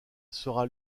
sera